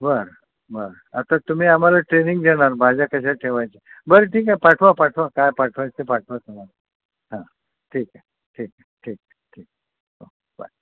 बर बर आता तुम्ही आम्हाला ट्रेनिंग देणार भाज्या कशा ठेवायच्या बर ठीक आहे पाठवा पाठवा काय पाठवायचं ते पाठवा तुम्हाला ठीक आहे ठीक आहे ठीक ठीक ओके बाय